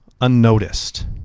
unnoticed